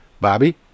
bobby